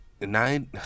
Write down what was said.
Nine